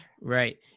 Right